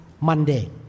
Monday